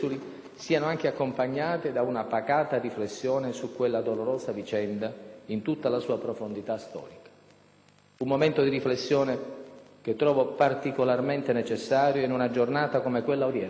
siano anche accompagnate da una pacata riflessione su quella dolorosa vicenda, in tutta la sua profondità storica. Un momento di riflessione che trovo particolarmente necessario in una giornata come quella odierna,